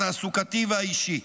התעסוקתי והאישי.